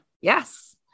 Yes